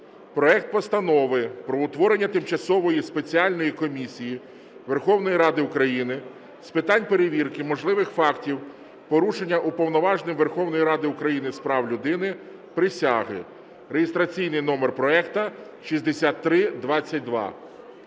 проект Постанови про утворення Тимчасової спеціальної комісії Верховної Ради України з питань перевірки можливих фактів порушення Уповноваженим Верховної Ради України з прав людини присяги (реєстраційний номер проекту 6322).